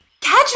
Catch